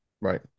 right